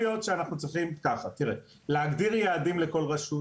יכול להיות שאנחנו צריכים להגדיר יעדים לכל רשות